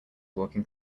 walking